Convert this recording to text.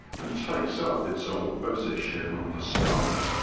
and takes up its old position on the stump.